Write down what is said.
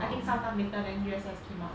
I think some time later than U_S_S came out